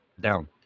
Down